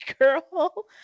girl